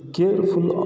careful